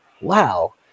wow